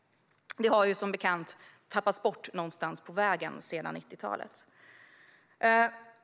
Det har som bekant tappats bort någonstans på vägen sedan 90-talet.